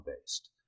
based